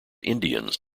indians